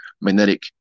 magnetic